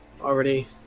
already